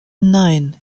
nein